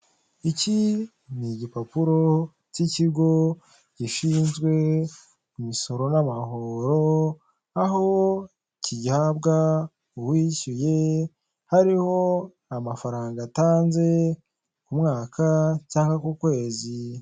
Iki ni igipapuro cy'ikigo gishinzwe imisoro n'amahoro, aho gihabwa uwishyuye, hariho amafaranga atanze kumwaka cyangwa ku kwezi.